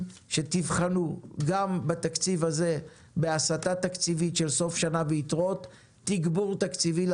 שתבחנו הסטות תקציביות, תגבור תקציבי,